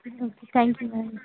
okay thank you ma'am